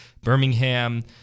Birmingham